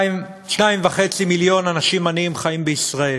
2.5 מיליון אנשים עניים חיים בישראל,